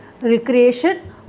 recreation